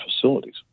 facilities